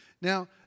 Now